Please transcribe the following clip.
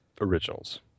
originals